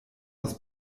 aus